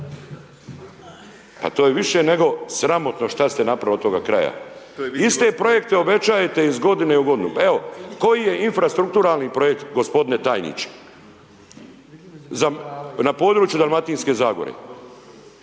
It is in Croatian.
Pa to je više nego sramotno šta ste napravili od toga kraja, iste projekte obećajete iz godine u godinu, pa evo, koji je infarstrukturalni projekt, gospodine tajniče za, na području Dalmatinske Zagore?